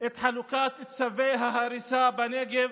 את חלוקת צווי ההריסה בנגב,